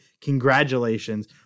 Congratulations